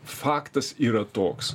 faktas yra toks